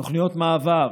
תוכניות מעבר,